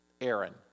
Aaron